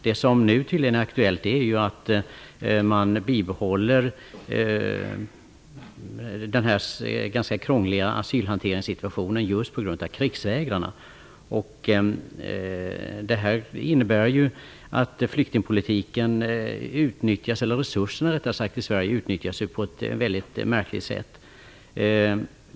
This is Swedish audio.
Det som nu tydligen är aktuellt är att man bibehåller denna ganska krångliga asylhanteringssituation just på grund av krigsvägrarna. Det innebär att resurserna i Sverige utnyttjas på ett väldigt märkligt sätt.